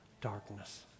darkness